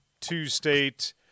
two-state